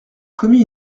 commis